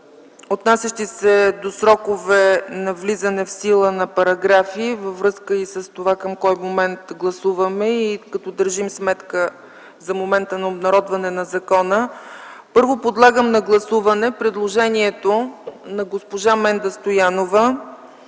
отнасящи се до срокове на влизане в сила на параграфи във връзка и с това към кой момент гласуваме, и като държим сметка за момента на обнародване на закона. Първо подлагам на гласуване предложението на госпожа Менда Стоянова